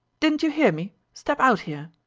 didn't you hear me? step out here.